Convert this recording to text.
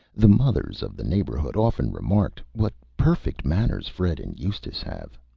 the mothers of the neighborhood often remarked, what perfect manners fred and eustace have!